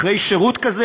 אחרי שירות כזה,